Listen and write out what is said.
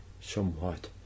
somewhat